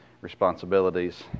responsibilities